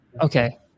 Okay